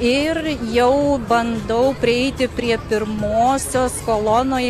ir jau bandau prieiti prie pirmosios kolonoj